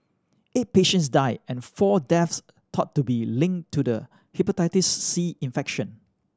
eight patients die and four deaths thought to be linked to the Hepatitis C infection